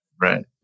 Right